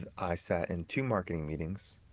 i sat in two marketing meetings,